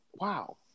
wow